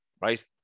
right